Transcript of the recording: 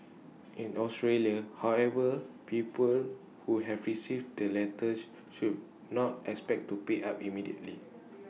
in Australia however people who have received the letters should not expect to pay up immediately